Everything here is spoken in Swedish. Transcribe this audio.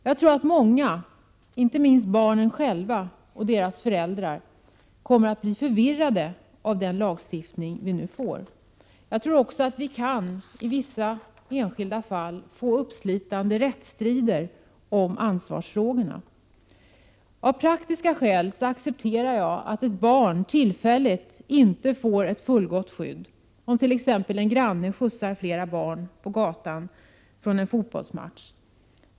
Jag tror att många, inte minst barnen själva och deras föräldrar, kommer att bli förvirrade av den lagstiftning vi nu får. Jag tror också att vi i vissa fall kan få uppslitande rättsstrider om ansvarsfrågorna. Jag accepterar att ett barn av praktiska skäl tillfälligt inte får ett fullgott skydd, t.ex. om en granne skjutsar flera barn från samma gata hem från en fotbollsmatch.